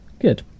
Good